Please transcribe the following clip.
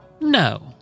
no